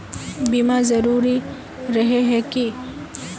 बीमा जरूरी रहे है की?